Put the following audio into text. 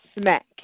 smack